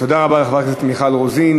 תודה רבה לחברת הכנסת מיכל רוזין.